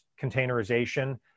containerization